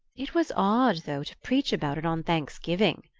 it was odd, though, to preach about it on thanksgiving,